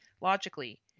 logically